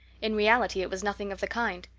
in reality it was nothing of the kind.